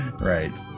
right